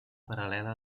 paral·lela